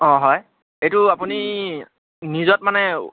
অঁ হয় এইটো আপুনি লীজত মানে